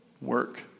work